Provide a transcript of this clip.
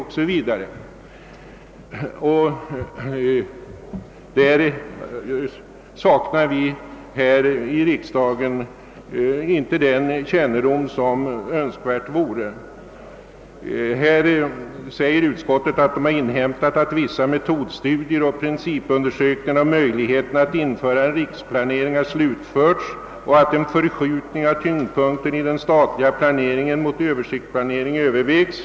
Om innebörden i det arbete som pågår saknar vi här i riksdagen den kännedom, som skulle vara önskvärd, men utskottet »har inhämtat, att vissa metodstudier och principundersökningar om möjligheterna att införa en riksplanering har slutförts och att en förskjutning av tyngdpunkten i den statliga planeringen mot översiktsplanering särskilt övervägs».